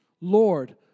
Lord